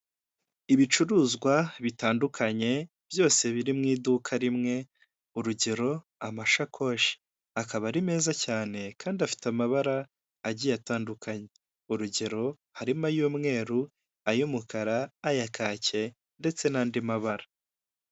Ibicuruzwa bitandukanye byose biri mu iduka rimwe, urugero amashakoshi, akaba ari meza cyane kandi afite amabara agiye atandukanye, urugero harimo ay'umweru, ay'umukara, aya kake ndetse n'andi mabara.